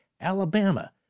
Alabama